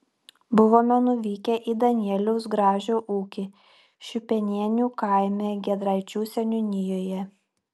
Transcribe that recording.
buvome nuvykę į danieliaus gražio ūkį šiupienių kaime giedraičių seniūnijoje